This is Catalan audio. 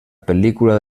pel·lícula